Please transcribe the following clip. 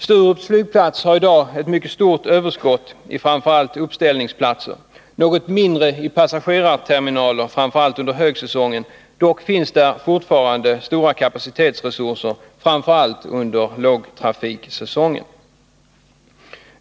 Sturups flygplats har i dag ett mycket stort överskott av framför allt uppställningsplatser, ett något mindre av passagerarterminaler, framför allt under högsäsongen. Dock finns det fortfarande stora kapacitetsresurser, framför allt under lågtrafiksäsongen.